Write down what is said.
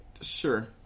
Sure